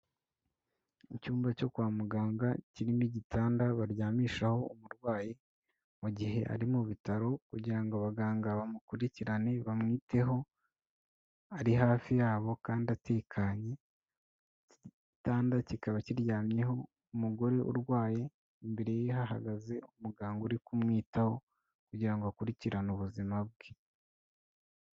Icyumba cyo kwa muganga kirimo igitanda baryamishaho umurwayi mu gihe ari mu bitaro kugira ngo abaganga bamukurikirane bamwiteho ari hafi yabo kandi atekanye, igitanda kikaba kiryamyeho umugore urwaye, imbere ye hahagaze umuganga uri kumwitaho kugira ngo akurikirane ubuzima bwe.